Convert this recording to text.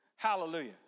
Hallelujah